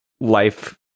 life